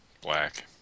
Black